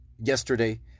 yesterday